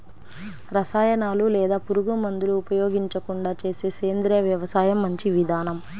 రసాయనాలు లేదా పురుగుమందులు ఉపయోగించకుండా చేసే సేంద్రియ వ్యవసాయం మంచి విధానం